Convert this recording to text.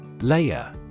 Layer